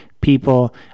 people